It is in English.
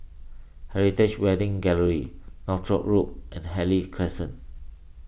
Heritage Wedding Gallery Northolt Road and Harvey Crescent